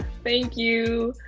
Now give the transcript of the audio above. thank you,